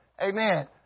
Amen